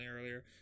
earlier